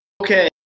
Okay